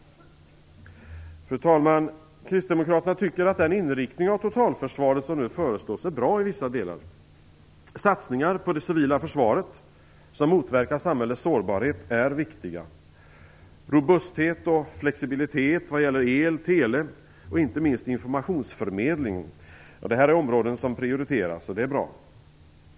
Fru talman! Kristdemokraterna tycker att den inriktning av totalförsvaret som nu föreslås är bra i vissa delar. Satsningar på det civila försvaret som motverkar samhällets sårbarhet är viktiga. Robusthet och flexibilitet vad gäller el, tele och inte minst informationsförmedling prioriteras. Det är bra.